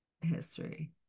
history